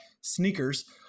sneakers